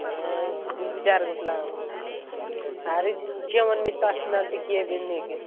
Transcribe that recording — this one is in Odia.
ଆଉ ଏଠି ବିିଜାର ଗୋଟେ ଲାଗବୋ ଆଉ ଆରେ ଝିଅମାନେ ତ ଆସୁନାହାନ୍ତି କିଏବି ନେଇକି